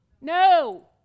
No